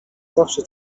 zawsze